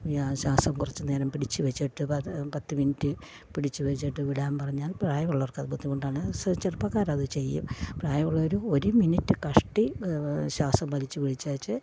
ഇനി ആ ശ്വാസം കുറച്ച് നേരം പിടിച്ച് വെച്ചിട്ട് പത്ത് മിനിറ്റ് പിടിച്ച് വെച്ചിട്ട് വിടാന് പറഞ്ഞാല് പ്രായമുള്ളവർക്ക് അത് ബുദ്ധിമുട്ടാണ് ചെറുപ്പക്കാരത് ചെയ്യും പ്രായമുള്ളവര് ഒരു മിനിറ്റ് കഷ്ടി ശ്വാസം വലിച്ച് പിടിച്ചേച്ച്